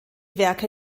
werke